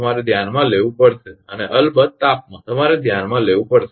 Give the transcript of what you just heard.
તમારે ધ્યાનમાં લેવું પડશે અને અલબત્ત તાપમાન તમારે ધ્યાનમાં લેવું પડશે